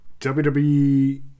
WWE